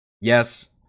Yes